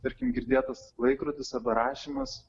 tarkim girdėtas laikrodis arba rašymas